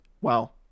wow